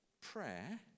prayer